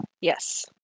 Yes